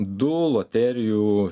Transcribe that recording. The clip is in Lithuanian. du loterijų